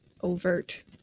overt